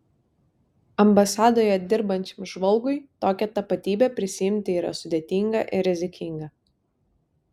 ambasadoje dirbančiam žvalgui tokią tapatybę prisiimti yra sudėtinga ir rizikinga